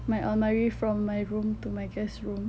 my almari from my room to my guest room